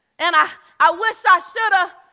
and, i i wish i shoulda.